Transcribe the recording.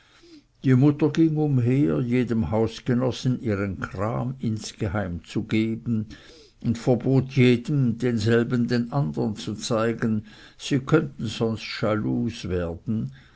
die mutter ging umher jedem hausgenossen ihren kram insgeheim abzugeben und verbot jedem denselben den andern zu zeigen sie könnten sonst schalus werden